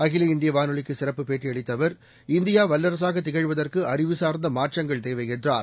அகில இந்தியவானொலிக்குசிறப்பு பேட்டியளித்தஅவர் இந்தியாவல்லரசாகதிகழ்வதற்குஅறிவு சார்ந்தமாற்றங்கள் தேவைஎன்றார்